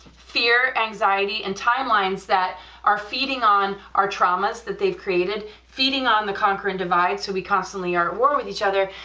fear anxiety and timelines that are feeding on our traumas that they've created, feeding on the concrete device so we constantly are at war with each other,